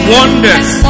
wonders